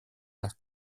las